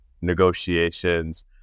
negotiations